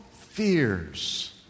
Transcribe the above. fears